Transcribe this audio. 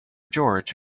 george